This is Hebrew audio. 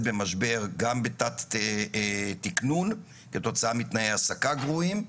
במשבר וגם בתת תקנון כתוצאה מתנאי העסקה גרועים.